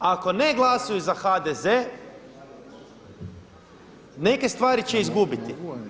Ako ne glasuju za HDZ neke stvari će izgubiti.